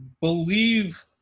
believe